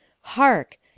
hark